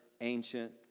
ancient